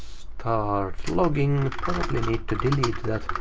start logging, probably need to delete that